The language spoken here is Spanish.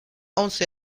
once